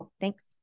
Thanks